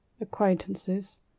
acquaintances